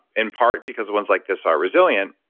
in part, because the ones like this are resilient,